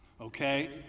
okay